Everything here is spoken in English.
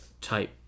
type